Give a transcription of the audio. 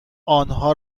آنها